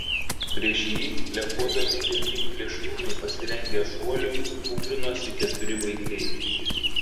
prieš jį lekuodami ir lyg plėšrūnai pasirengę šuoliui kūprinosi keturi vaikai